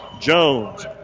Jones